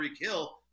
Hill